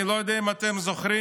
אני לא יודע אם אתם זוכרים,